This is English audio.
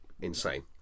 insane